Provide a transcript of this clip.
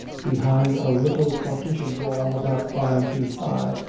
behind a little partition wall about five feet high,